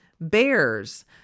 Bears